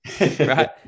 right